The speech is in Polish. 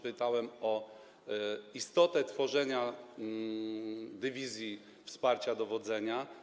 Pytałem o istotę tworzenia dywizji wsparcia dowodzenia.